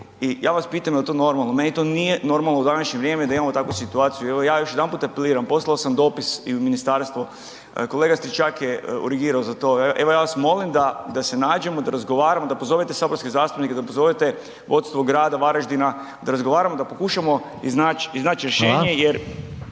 I ja vas pitam je li to normalno? Meni to nije normalno u današnje vrijeme da imamo takvu situaciju. Evo ja još jedanput apeliram, poslao sam dopis i u ministarstvo, kolega Stričak je urgirao za to evo ja vas molim da se nađemo, da razgovaramo, da pozovete saborske zastupnike, da pozovete vodstvo grada Varaždina, da razgovaramo, da pokušamo iznaći rješenje